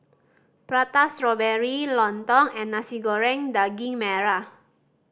Prata Strawberry lontong and Nasi Goreng Daging Merah